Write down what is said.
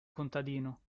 contadino